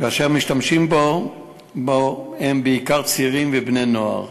והמשתמשים בו הם בעיקר צעירים ובני-נוער.